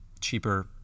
cheaper